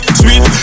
sweet